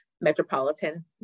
metropolitan